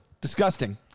Disgusting